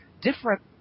different